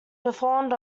performed